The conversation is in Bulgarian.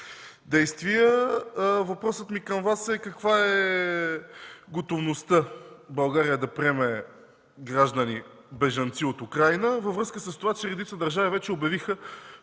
действия. Въпросът ми към Вас е: каква е готовността България да приеме граждани – бежанци, от Украйна, във връзка с това, че редица държави вече обявиха,